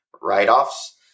write-offs